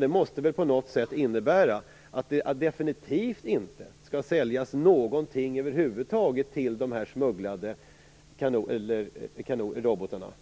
Det måste väl innebära att det definitivt inte skall säljas någonting över huvud taget, oavsett om det är civila eller militära delar, till de robotar som smugglades